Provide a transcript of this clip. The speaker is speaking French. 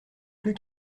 plus